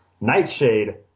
Nightshade